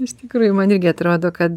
iš tikrųjų man irgi atrodo kad